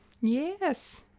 Yes